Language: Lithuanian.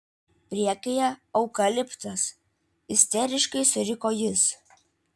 priekyje eukaliptas isteriškai suriko jis